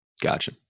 Gotcha